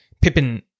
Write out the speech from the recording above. Pippin